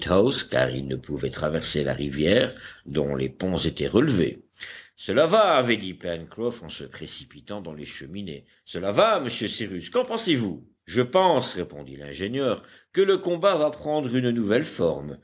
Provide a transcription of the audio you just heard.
car ils ne pouvaient traverser la rivière dont les ponts étaient relevés cela va avait dit pencroff en se précipitant dans les cheminées cela va monsieur cyrus qu'en pensez-vous je pense répondit l'ingénieur que le combat va prendre une nouvelle forme